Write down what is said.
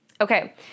Okay